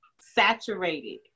saturated